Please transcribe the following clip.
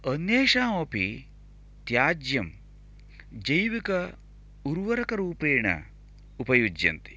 अन्येषामपि त्याज्यं जीविक उर्वारुकरूपेण उपयुज्यन्ते